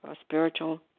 spiritual